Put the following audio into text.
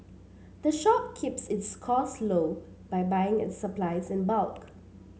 the shop keeps its costs low by buying its supplies in bulk